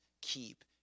keep